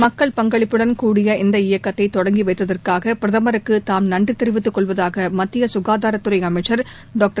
மக்கள் பங்களிப்புடன் கூடிய இந்த இயக்கத்தை தொடங்கி வைத்ததற்காக பிரதமருக்கு தாம் நன்றி தெரிவித்து கொள்வதாக மத்திய சுகாதாரத்துறை அமைச்சர் டாக்டர்